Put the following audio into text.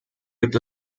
gibt